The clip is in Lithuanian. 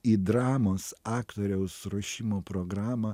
į dramos aktoriaus ruošimo programą